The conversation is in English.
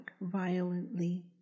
violently